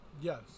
Yes